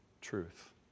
truth